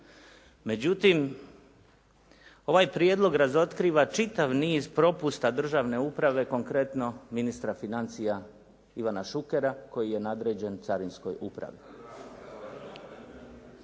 Međutim, ovaj prijedlog razotkriva čitav niz propusta državne uprave, konkretno ministra financija Ivana Šukera, koji je nadređen Carinskoj upravi.